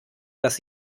dass